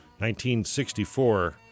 1964